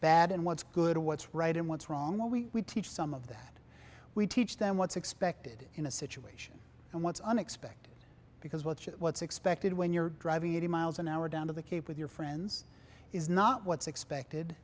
bad and what's good what's right and what's wrong what we teach some of that we teach them what's expected in a situation and what's unexpected because what's what's expected when you're driving eighty miles an hour down to the cape with your friends is not what's expected